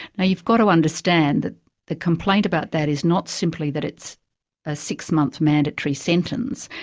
now you've got to understand that the complaint about that is not simply that it's a six-month mandatory sentence,